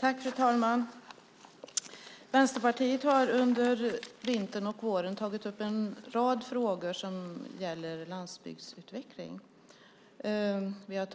Fru talman! Vänsterpartiet har under vintern och våren tagit upp en rad frågor som gäller landsbygdsutveckling. Vi har